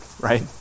right